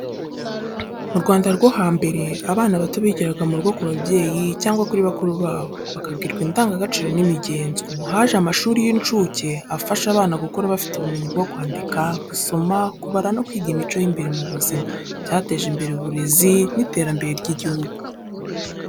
Mu Rwanda rwo hambere, abana bato bigiraga mu rugo ku babyeyi cyangwa kuri bakuru babo, bakabwirwa indangagaciro n'imigenzo. Ubu haje amashuri y’incuke afasha abana gukura bafite ubumenyi bwo kwandika, gusoma, kubara no kwiga imico y’imbere mu buzima. Byateje imbere uburezi n’iterambere ry’igihugu.